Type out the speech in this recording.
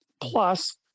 plus